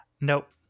Nope